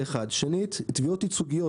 שנית, תביעות ייצוגיות